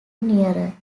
nearer